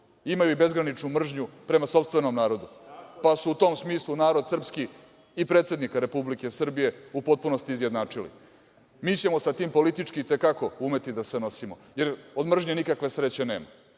imaju i bezgraničnu mržnju prema sopstvenom narodu. Pa su u tom smislu narod srpski i predsednika Republike Srbije u potpunosti izjednačili. Mi ćemo sa tim politički i te kako umeti da se nosimo. Jer, od mržnje nikakve sreće nema.